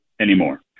anymore